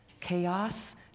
Chaos